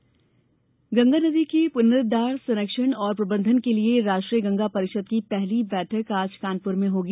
मोदी कानपुर गंगा नदी के पुनरूद्वार संरक्षण और प्रबंधन के लिए राष्ट्रीय गंगा परिषद की पहली बैठक आज कानपुर में होगी